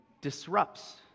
disrupts